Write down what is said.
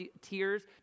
tears